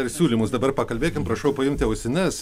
ir siūlymus dabar pakalbėkim prašau paimti ausines